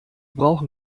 brauchen